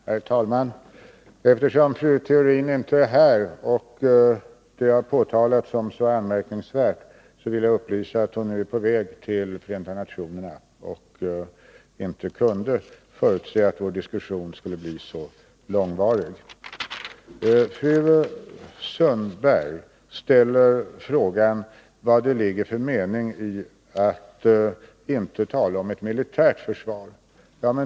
Herr talman! Eftersom fru Theorin inte är här och detta har påtalats som anmärkningsvärt vill jag upplysa om att hon nu är på väg till Förenta nationerna och inte kunde förutse att vår diskussion skulle bli så långvarig. Fru Sundberg ställer frågan vad det ligger för mening i att inte tala om ett militärt försvar.